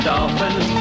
Dolphins